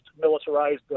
militarized